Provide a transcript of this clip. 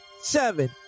seven